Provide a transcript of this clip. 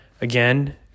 again